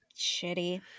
shitty